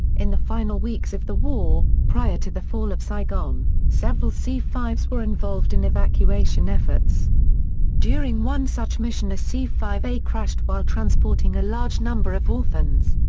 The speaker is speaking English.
in the final weeks of the war, prior to the fall of saigon, several c five s were involved in evacuation efforts during one such mission a c five a crashed while transporting a large number of orphans.